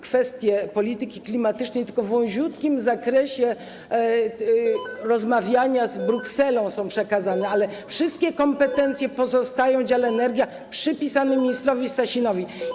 Kwestie polityki klimatycznej tylko w wąziutkim zakresie rozmawiania z Brukselą są przekazane, ale wszystkie kompetencje pozostają w dziale: energia i są przypisane ministrowi Sasinowi.